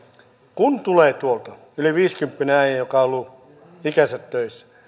kun tulee tuolta yli viisikymppinen äijä joka on ollut ikänsä töissä niin